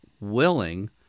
willing